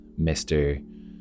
Mr